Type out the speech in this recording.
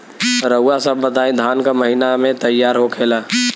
रउआ सभ बताई धान क महीना में तैयार होखेला?